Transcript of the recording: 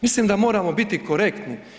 Mislim da moramo biti korektni.